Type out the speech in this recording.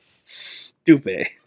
Stupid